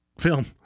film